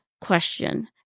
question